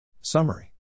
Summary